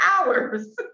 hours